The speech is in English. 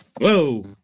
Whoa